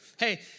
Hey